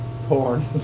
porn